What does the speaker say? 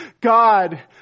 God